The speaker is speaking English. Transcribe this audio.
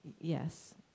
Yes